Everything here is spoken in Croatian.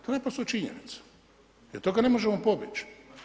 To je naprosto činjenica i od toga ne možemo pobjeći.